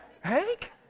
Hank